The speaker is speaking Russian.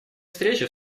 встречи